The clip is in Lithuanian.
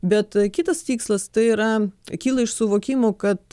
bet kitas tikslas tai yra kyla iš suvokimo kad